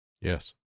Yes